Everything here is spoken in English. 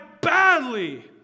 badly